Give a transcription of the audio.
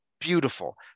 beautiful